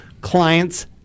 clients